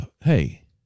hey